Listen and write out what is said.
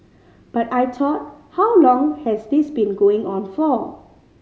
but I thought how long has this been going on for